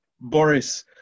Boris